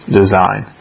design